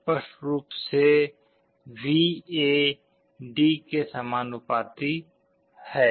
स्पष्ट रूप से V A D के समानुपाती है